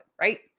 right